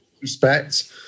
respect